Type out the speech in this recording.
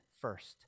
first